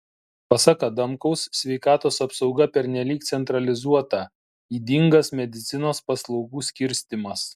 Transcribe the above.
pasak adamkaus sveikatos apsauga pernelyg centralizuota ydingas medicinos paslaugų skirstymas